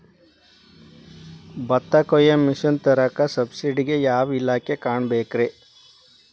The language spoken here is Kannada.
ಭತ್ತ ಕೊಯ್ಯ ಮಿಷನ್ ತರಾಕ ಸಬ್ಸಿಡಿಗೆ ಯಾವ ಇಲಾಖೆ ಕಾಣಬೇಕ್ರೇ?